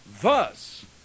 Thus